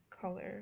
color